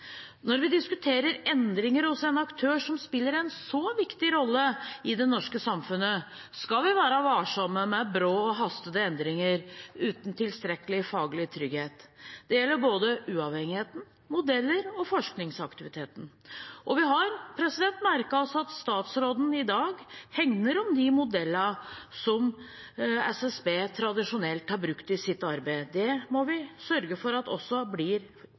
Når vi diskuterer endringer hos en aktør som spiller en så viktig rolle i det norske samfunnet, skal vi være varsomme med brå og forhastede endringer uten tilstrekkelig faglig trygghet. Det gjelder både uavhengigheten, modeller og forskningsaktiviteten. Vi har merket oss at statsråden i dag hegner om de modellene som SSB tradisjonelt har brukt i sitt arbeid. Det må vi sørge for blir resultatet også